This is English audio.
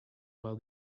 while